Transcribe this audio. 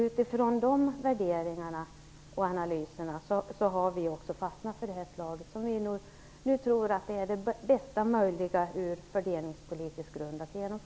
Utifrån dessa värderingar och analyser har utskottet fastnat för detta förslag, som vi tror är det bästa möjliga ur fördelningspolitisk synvinkel.